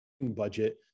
budget